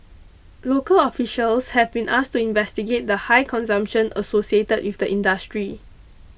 local officials have been asked to investigate the high consumption associated with the industry